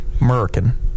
American